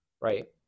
right